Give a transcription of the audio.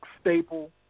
staple